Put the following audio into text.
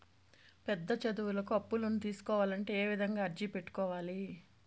పెద్ద చదువులకు అప్పులను తీసుకోవాలంటే ఏ విధంగా అర్జీ పెట్టుకోవాలి?